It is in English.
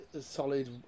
Solid